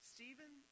Stephen